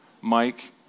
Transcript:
Mike